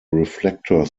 reflector